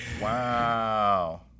Wow